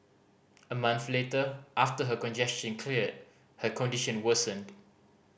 a month later after her congestion cleared her condition worsened